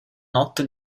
notte